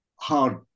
hard